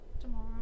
Tomorrow